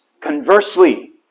conversely